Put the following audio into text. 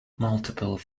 multiple